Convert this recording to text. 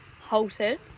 halted